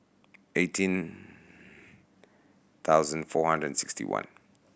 eighteen thousand four hundred and sixty one